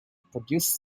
produced